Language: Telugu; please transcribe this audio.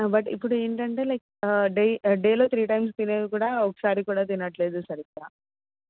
బట్ ఇప్పుడు ఏంటంటే లైక్ డే డేలో త్రీ టైమ్స్ తినేవి కూడా ఒకసారి కూడా తినట్లేదు సరిగ్గా